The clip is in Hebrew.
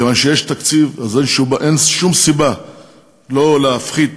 כיוון שיש תקציב, אין שום סיבה לא להפחית